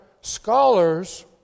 scholars